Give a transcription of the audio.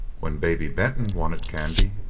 when baby benton wanted candy,